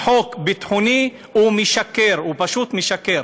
כחוק ביטחוני, הוא משקר, הוא פשוט משקר.